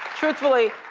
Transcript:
truthfully,